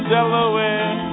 Delaware